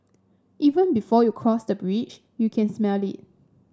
even before you cross the bridge you can smell it